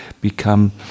become